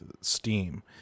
Steam